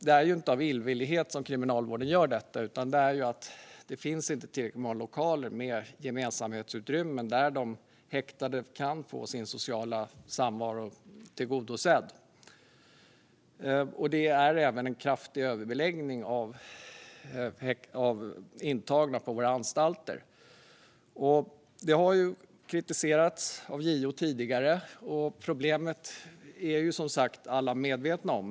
Det är inte av illvillighet som Kriminalvården gör detta. Det finns inte tillräckligt många lokaler med gemensamhetsutrymmen där de häktade kan få sin sociala samvaro tillgodosedd. Det är även en kraftig överbeläggning av intagna på våra anstalter. Det har kritiserats av JO tidigare. Problemet är alla medvetna om.